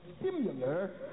Similar